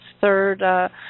third